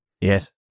Yes